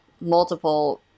multiple